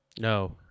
No